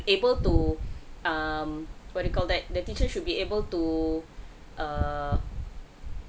able to um what you call that the teacher should be able to err